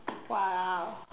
!walao!